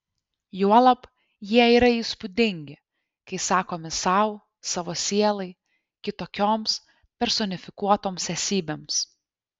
juolab jie yra įspūdingi kai sakomi sau savo sielai kitokioms personifikuotoms esybėms